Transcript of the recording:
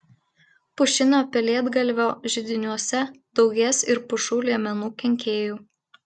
pušinio pelėdgalvio židiniuose daugės ir pušų liemenų kenkėjų